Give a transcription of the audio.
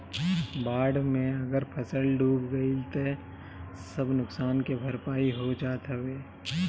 बाढ़ में अगर फसल डूब गइल तअ सब नुकसान के भरपाई हो जात हवे